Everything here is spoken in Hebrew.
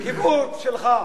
קיבוץ שלך.